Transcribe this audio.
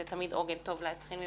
זה תמיד עוגן טוב להתחיל ממנו.